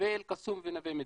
ואל קסום ונווה מדבר.